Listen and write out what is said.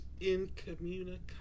incommunicado